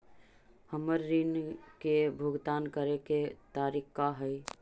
हमर ऋण के भुगतान करे के तारीख का हई?